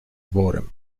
worem